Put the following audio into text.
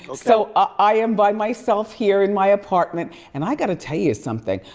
so i am by myself here in my apartment, and i gotta tell you something,